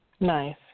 Nice